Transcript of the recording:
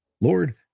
Lord